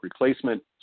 replacement